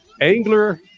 Angler